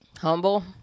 humble